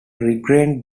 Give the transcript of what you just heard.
regained